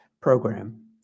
program